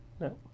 no